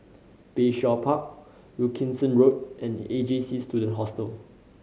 Bayshore Park Wilkinson Road and A J C Student Hostel